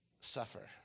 suffer